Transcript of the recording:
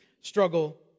struggle